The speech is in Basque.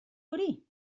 hori